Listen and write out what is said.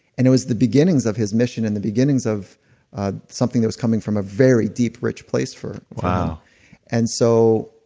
and it was the beginnings of his mission and the beginnings of ah something that was coming from a very deep, rich place for them and so,